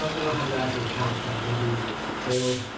but i don't have the actual count on maybe taylor.